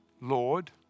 Lord